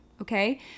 okay